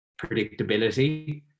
predictability